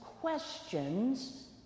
questions